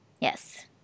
Yes